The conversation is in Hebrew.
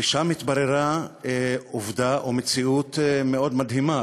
ושם התבררה עובדה או מציאות מאוד מדהימה,